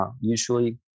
usually